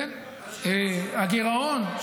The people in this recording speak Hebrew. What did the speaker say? הגירעון,